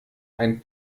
ein